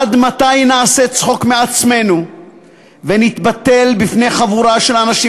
עד מתי נעשה צחוק מעצמנו ונתבטל בפני חבורה של אנשים